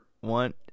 one